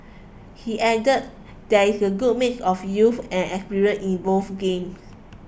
he added there is a good mix of youth and experience in both games